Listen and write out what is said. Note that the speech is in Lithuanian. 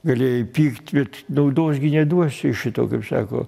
galėjai pykt bet naudos gi neduos iš šito kaip sako